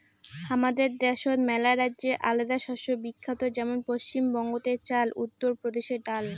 হামাদের দ্যাশোত মেলারাজ্যে আলাদা শস্য বিখ্যাত যেমন পশ্চিম বঙ্গতে চাল, উত্তর প্রদেশে ডাল